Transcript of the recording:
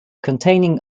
containing